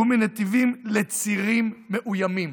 ומנתיבים לצירים מאוימים.